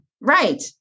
Right